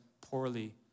poorly